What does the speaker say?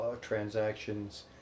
Transactions